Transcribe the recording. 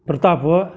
Pratap